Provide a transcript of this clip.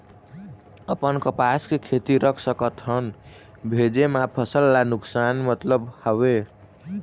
अपन कपास के खेती रख सकत हन भेजे मा फसल ला नुकसान मतलब हावे?